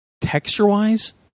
texture-wise